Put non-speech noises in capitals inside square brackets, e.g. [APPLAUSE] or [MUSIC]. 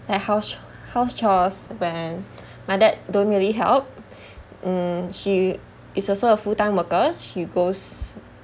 like house house chores when my dad don't really help [BREATH] mm she is also a full time worker she goes